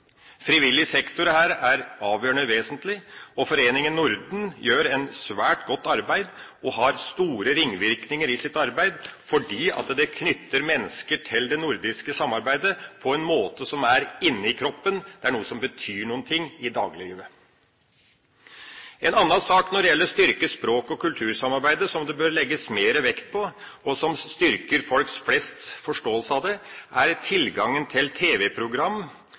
Frivillig sektor er her avgjørende vesentlig, og Foreningen Norden gjør et svært godt arbeid som har store ringvirkninger, fordi det knytter mennesker til det nordiske samarbeidet på en måte som er inni kroppen, det er noe betyr noe i dagliglivet. En annen sak når det gjelder å styrke språk- og kultursamarbeidet som det bør legges mer vekt på, og som styrker folk flests forståelse av det, er tilgangen til